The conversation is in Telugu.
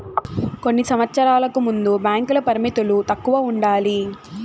కొన్ని సంవచ్చరాలకు ముందు బ్యాంకుల యొక్క పరిమితులు తక్కువ ఉండాలి